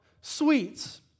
sweets